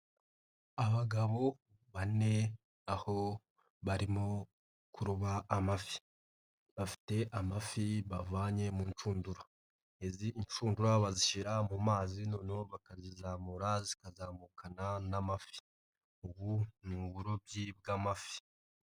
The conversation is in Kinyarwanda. Abagabo bane aho barimo kuroba amafi, bafite amafi bavanye mu nshundura, izi nshudura bazishyira mu mazi noneho bakazizamura zikazamukana n'amafi, ubu ni uburobyi bw'amafi.